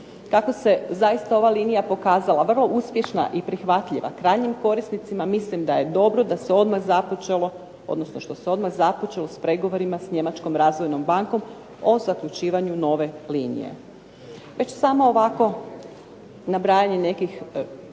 Tako se zaista ova linija pokazala vrlo uspješna i prihvatljiva, krajnjim korisnicima, mislim da je dobro što se odmah započelo s pregovorima s Njemačkom razvojnom bankom, o zaključivanju nove linije. Već samo ovako nabrajanje nekih